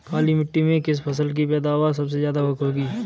काली मिट्टी में किस फसल की पैदावार सबसे ज्यादा होगी?